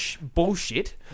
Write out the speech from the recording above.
bullshit